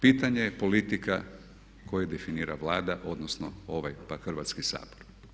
Pitanje je politika koje definira Vlada odnosno ovaj Hrvatski sabor.